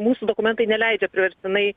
mūsų dokumentai neleidžia priverstinai